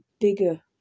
bigger